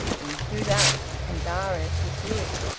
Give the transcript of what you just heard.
and do that and darius would do it,